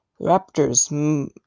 Raptors